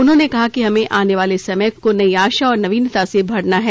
उन्होंने कहा कि हमें आने वाले समय को नई आशा और नवीनता से भरना है